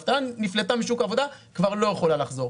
נפלטה משוק העבודה וכבר לא יכולה לחזור.